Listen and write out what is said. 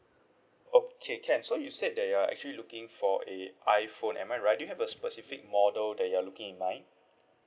okay can so you said that you are actually looking for a iphone am I right do you have a specific model that you're looking in mind